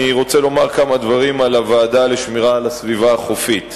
אני רוצה לומר כמה מלים על הוועדה לשמירת הסביבה החופית.